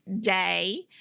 day